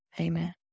Amen